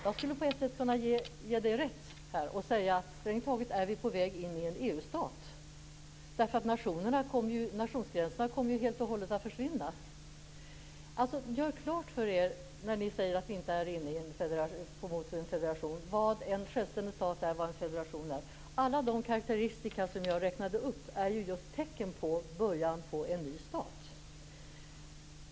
Jag skulle på ett sätt kunna ge Magnus Johansson rätt här och säga att vi strängt taget är på väg in i en EU-stat. Nationsgränserna kommer ju helt och hållet att försvinna. Gör klart för er, när ni säger att vi inte går mot en federation, vad en självständig stat är och vad en federation är! Alla de karakteristika som jag räknade upp är just tecken på början till en ny stat.